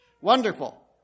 Wonderful